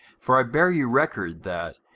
for i bear you record, that,